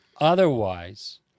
otherwise